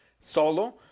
solo